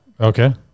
okay